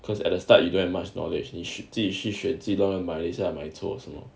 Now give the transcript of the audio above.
because at the start you don't have much knowledge 你自己去选会乱乱买一下买错什么